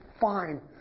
fine